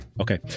Okay